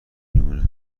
میمونه